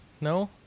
No